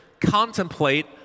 contemplate